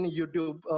YouTube